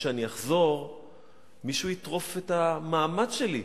כשאני אחזור מישהו יטרוף את המעמד שלי,